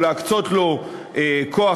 או להקצות לו כוח-אדם,